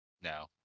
No